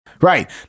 Right